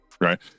right